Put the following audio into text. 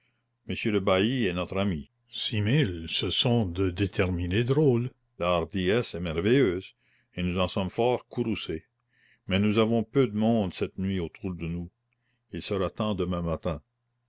monsieur le bailli est notre ami six mille ce sont de déterminés drôles la hardiesse est merveilleuse et nous en sommes fort courroucé mais nous avons peu de monde cette nuit autour de nous il sera temps demain matin